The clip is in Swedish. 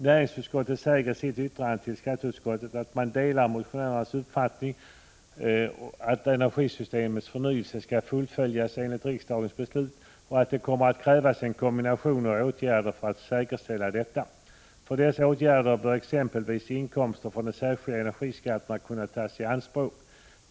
Näringsutskottet säger i sitt yttrande till skatteutskottet att man delar motionärernas uppfattning att energisystemets förnyelse skall fullföljas enligt riksdagens beslut och att det kommer att krävas en kombination av åtgärder för att säkerställa detta. För dessa åtgärder bör exempelvis inkomster från de ”särskilda energiskatterna” kunna tas i anspråk.